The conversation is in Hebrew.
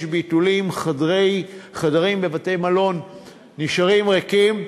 יש ביטולים, חדרים בבתי-מלון נשארים ריקים,